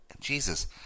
Jesus